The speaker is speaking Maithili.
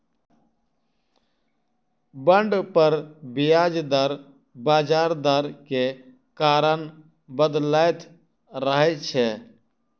बांड पर ब्याज दर बजार दर के कारण बदलैत रहै छै